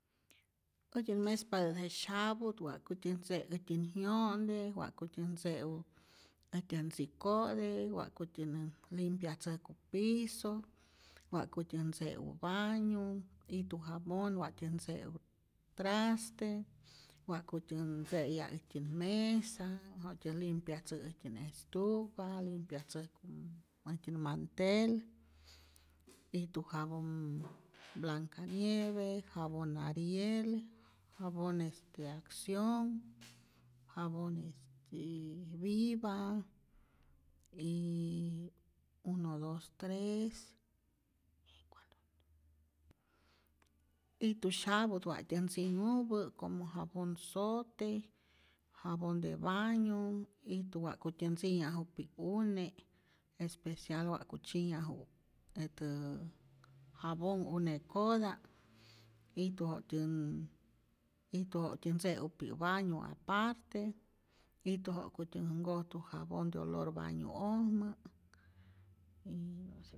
Äjtyät mespatä je syaput wakutyät ntze' äjtyän yo'te, wa'kutyän ntze'u äjtyän ntziko'te, wa'kuyän nes limpyatzäjku piso, wa'kutän ntze'u baño, ijtu jabon wa'tyän ntze'u traste, wa'kutyän ntzeya' äjtyun mesa, jaktyän limpyatzäj äjtyän estufa, limpyatzäjku äjtyän mantel, ijtu jabon blanca nieve, jabon ariel, jabon este accion, jabon es y viva, y uno dos tres, cual otro, ijtu syaput wa'tyä ntzinhupä, como jabon zote, jabon de baño, ijtu wa'kutyä ntzinyajup'pi'k une', especial wa'ku tzyinyaju jetä jabonh une'kota', ijtu jaktyän ijtu ja'ktyän ntze'upi'k baño aparte, ijtu ja'kutyän nkojtu jabon de olor bañu'ojmä, yy.